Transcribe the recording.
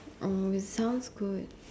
oh it sounds good